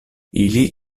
ili